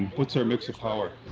what's our mix of power?